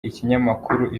ikinyamakuru